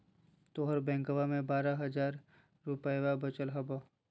तोहर बैंकवा मे बारह हज़ार रूपयवा वचल हवब